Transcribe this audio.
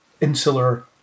insular